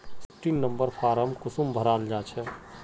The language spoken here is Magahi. सिक्सटीन नंबर फारम कुंसम भराल जाछे?